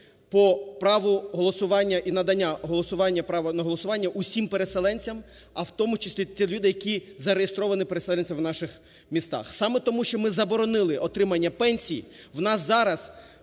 по праву голосування і надання голосування, права на голосування всім переселенцям, а в тому числі тим людям, які зареєстровані переселенцями в наших містах. Саме тому, що ми заборонили отримання пенсій, у нас зараз